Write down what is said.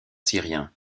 syriens